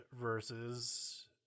versus